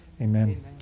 Amen